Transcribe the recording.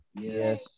Yes